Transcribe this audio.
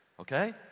Okay